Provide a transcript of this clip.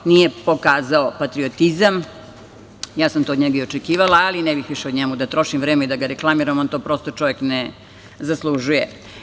Nije pokazao patriotizam, ja sam to od njega i očekivala, ali ne bih više o njemu da trošim vreme i da ga reklamiram, on to ne zaslužuje.